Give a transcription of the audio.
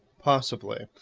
possibly.